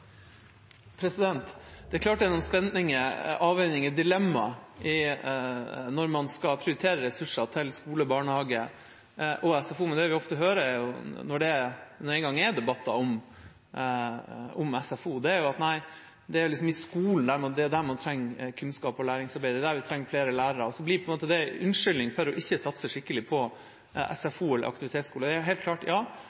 Det er klart det er noen spenninger, avveininger og dilemmaer når man skal prioritere ressurser til skole, barnehage og SFO. Men det vi ofte hører, når det nå engang er debatter om SFO, er at det er i skolen man trenger kunnskap og læringsarbeid, det er der man trenger flere lærere. Så blir det en unnskyldning for ikke å satse videre på SFO eller aktivitetsskole. Ja, det